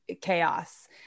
Chaos